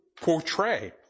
portray